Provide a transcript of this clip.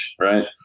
right